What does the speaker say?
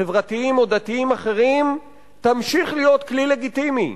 חברתיים או דתיים אחרים תמשיך להיות כלי לגיטימי,